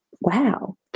wow